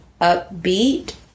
upbeat